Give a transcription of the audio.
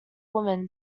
woman